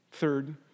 Third